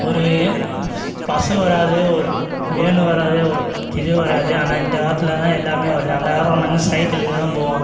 ஒரு பஸ்ஸு வராது ஒரு வேன் வராது ஒரு இது வராது ஆனால் இந்தக் காலத்தில் தான் எல்லாமே வருது அந்தக் காலத்தில் நாங்கள் சைக்கிளில் தான் போவோம்